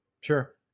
Sure